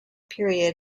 period